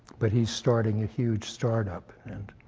but he's starting a huge startup. and